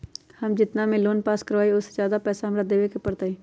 हम जितना के लोन पास कर बाबई ओ से ज्यादा पैसा हमरा देवे के पड़तई?